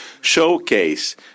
showcase